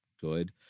good